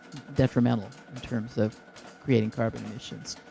detrimental in terms of creating carbon emissions.